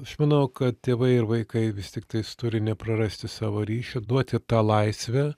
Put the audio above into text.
aš manau kad tėvai ir vaikai vis tiktais turi neprarasti savo ryšio duoti tą laisvę